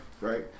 Right